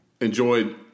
enjoyed